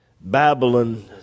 Babylon